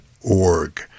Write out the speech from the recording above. org